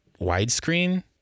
widescreen